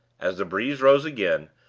as the breeze rose again,